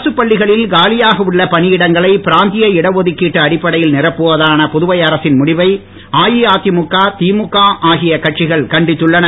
அரசுப் பள்ளிகளில் காலியாக உள்ள பணியிடங்களை பிராந்திய இட ஒதுக்கீடு அடிப்படையில் நீரப்புவதான புதுவை அரசின் முடிவை அஇஅதிமுக திமுக ஆகிய கட்சிகள் கண்டித்துள்ளன